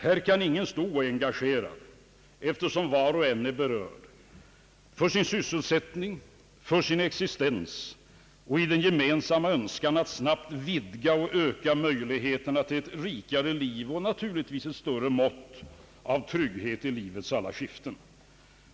Här kan ingen vara oengagerad, eftersom var och en är berörd, för sin sysselsättning, för sin existens och i den gemensamma önskan att snabbt vidga inrättande av en statlig investeringsbank och öka möjligheterna till ett rikare liv och naturligtvis ett större mått av trygghet i livets alla skiften.